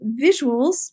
visuals